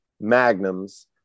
magnums